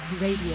Radio